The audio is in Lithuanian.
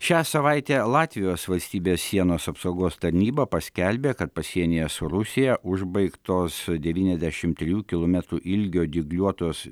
šią savaitę latvijos valstybės sienos apsaugos tarnyba paskelbė kad pasienyje su rusija užbaigtos devyniasdešimt trijų kilometrų ilgio dygliuotos